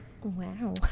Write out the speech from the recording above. Wow